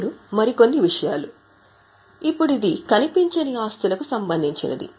ఇప్పుడు మరికొన్ని విషయాలు ఇప్పుడు ఇది కనిపించని ఆస్తులకు సంబంధించినది